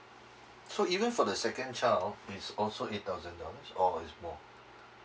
so even for the second child it's also eight thousand dollars or it's more